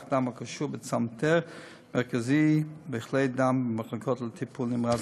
דם הקשור לצנתר מרכזי בכלי דם במחלקות לטיפול נמרץ.